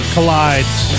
Collides